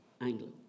angle